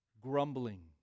grumbling